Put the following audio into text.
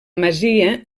masia